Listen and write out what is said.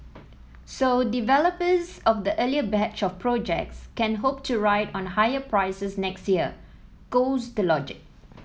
so developers of the earlier batch of projects can hope to ride on higher prices next year goes the logic